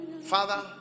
Father